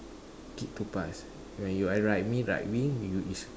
kick to pass when you are right mid right wing you is